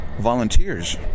volunteers